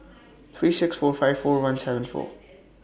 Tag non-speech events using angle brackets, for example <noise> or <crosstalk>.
three six four five four one <unintelligible> four